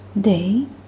day